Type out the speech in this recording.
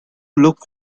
look